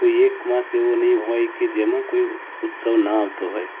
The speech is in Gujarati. કોઈ એક માસ એવો નહીં હોય કે જેમાં કોઈ ઉત્સવ ના આવતો હોય